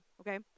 okay